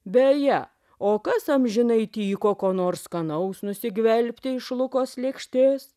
beje o kas amžinai tyko ko nors skanaus nusigvelpti iš lukos lėkštės